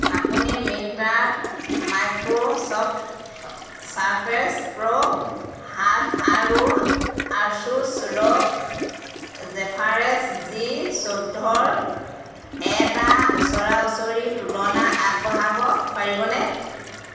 আপুনি মিন্ত্ৰাত Microsoft Surface Pro সাত আৰু আছুছ ৰগ জেফাইৰেছ জি চৈধ্য এটা ওচৰা ওচৰি তুলনা আগবঢ়াব পাৰিবনে